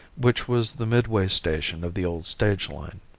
which was the midway station of the old stage line.